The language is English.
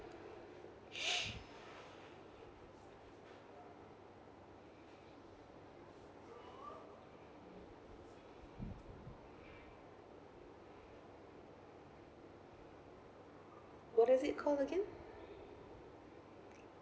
what is it called again